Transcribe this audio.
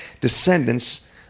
descendants